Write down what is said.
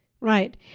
right